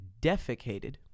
defecated